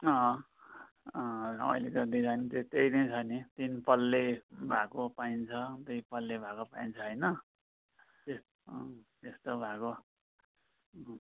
अँ अँ अहिले त डिजाइन त्यस्तै नै छ नि तिनपल्ले भएको पाइन्छ दुईपल्ले भएको पाइन्छ होइन अँ त्यस्तो भएको